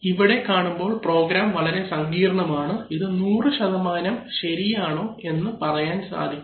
ഇവിടെ കാണുമ്പോൾ പ്രോഗ്രാം വളരെ സങ്കീർണമാണ് ഇത് 100 ശരിയാണോ എന്ന് പറയാൻ സാധിക്കില്ല